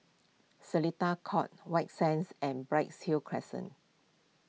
Seletar Court White Sands and Bright Hill Crescent